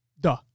Duh